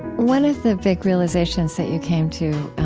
one of the big realizations that you came to